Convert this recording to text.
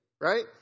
right